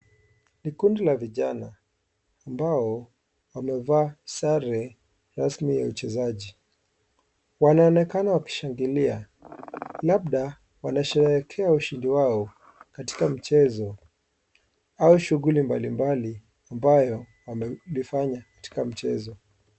Ni kundi la vijana ambao wamevaa sare rasmi ya uchezaji, wanaonekana wakishangilia labda wanasherehekea ushindi wao katika mchezo au shuguli mbali mbali ambayo wamelifanya katika mchezo.